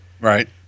Right